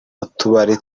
utubari